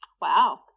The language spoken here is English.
Wow